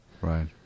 Right